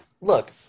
look